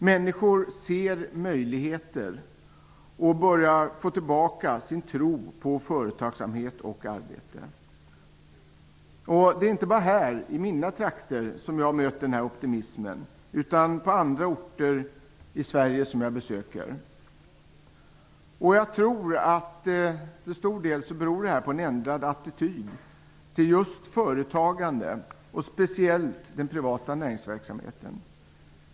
Människor ser möjligheter och börjar få tillbaka sin tro på företagsamhet och arbete. Det är inte bara i mina trakter som jag möter denna optimism, utan också på andra orter i Sverige som jag besöker. Jag tror att det till stor del beror på en ändrad attityd till företagande och speciellt den privata näringsverksamheten.